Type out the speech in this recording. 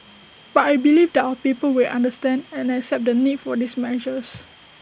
but I believe that our people will understand and accept the need for these measures